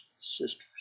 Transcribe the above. sisters